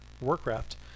warcraft